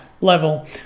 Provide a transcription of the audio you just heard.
level